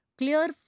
Clear